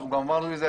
וגם אמרנו את זה.